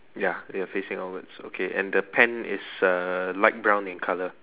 ya they are facing outwards okay and the pen is uh light brown in colour